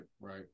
right